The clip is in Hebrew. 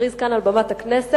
שהכריז כאן על בימת הכנסת,